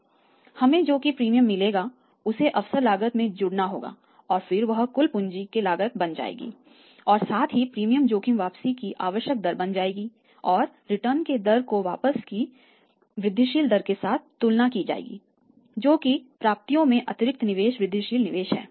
हमें जो कि प्रीमियम मिलेगा उसे अवसर लागत में जोड़ना होगा और फिर वह कुल पूँजी की लागत बन जाएगी और साथ ही प्रीमियम जोखिम वापसी की आवश्यक दर बन जाएगी और रिटर्न की दर को वापसी की वृद्धिशील दर के साथ तुलना की जाएगी जो कि प्राप्तियों में अतिरिक्त निवेश वृद्धिशील निवेश है